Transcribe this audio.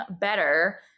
better